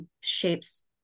shapes